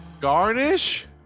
garnish